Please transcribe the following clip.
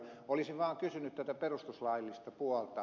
olisin vaan kysynyt tätä perustuslaillista puolta